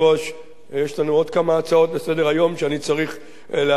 יש לנו עוד כמה הצעות לסדר-היום שאני צריך להשיב גם עליהן,